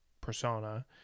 persona